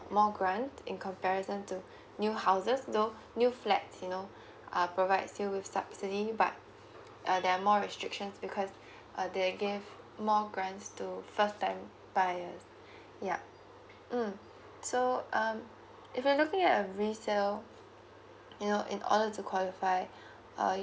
more grant in comparison to new houses though new flats you know uh provide you with subsidy but uh there are more restrictions because uh they gave more grants to first time buyer yup mm so um if you're looking at a resale you know in order to qualify uh